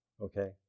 Okay